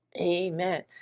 Amen